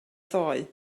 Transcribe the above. ddoe